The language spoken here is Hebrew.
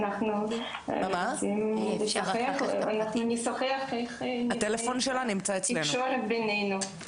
אנחנו נשוחח איך נקיים את התקשורת בינינו.